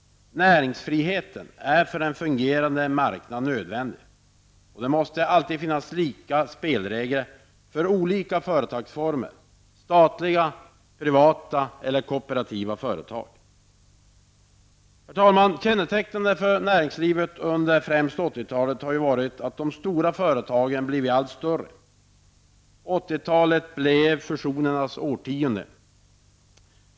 Näringsfriheten är nödvändig för en fungerande marknad. Det måste alltid finnas lika spelregler för olika företagsformer, för statliga, privata eller kooperativa företag. Herr talman! Kännetecknande för näringslivet under främst 1980-talet har varit att stora företag blivit allt större. 1980-talet blev fusionernas årtionde.